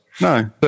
No